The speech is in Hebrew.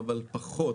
אבל פחות